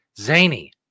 Zany